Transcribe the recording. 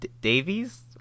Davies